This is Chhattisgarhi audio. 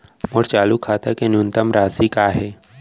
मोर चालू खाता के न्यूनतम राशि का हे?